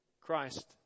Christ